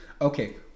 okay